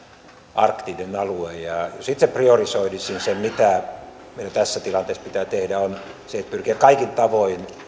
arktinen alue ja ja sitten se priorisoi vissiin sen mitä meidän tässä tilanteessa pitää tehdä se on pyrkiä kaikin tavoin